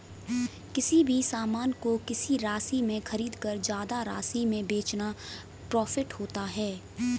किसी भी सामान को किसी राशि में खरीदकर ज्यादा राशि में बेचना प्रॉफिट होता है